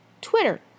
Twitter